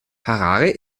harare